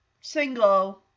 single